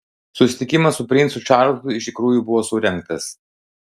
susitikimas su princu čarlzu iš tikrųjų buvo surengtas